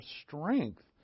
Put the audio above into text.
strength